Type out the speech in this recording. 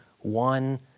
one